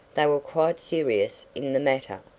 they were quite serious in the matter.